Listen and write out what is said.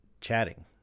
chatting